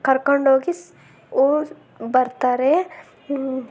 ಕರ್ಕೊಂಡು ಹೋಗಿ ಸ್ ಓಸ್ ಬರ್ತಾರೆ